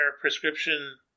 prescription